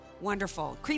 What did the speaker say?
Wonderful